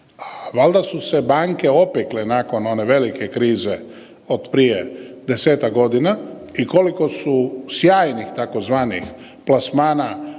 valjda su se banke opekle nakon one velike krize od prije 10-tak godina i koliko su sjajnih tzv. plasmana